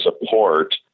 support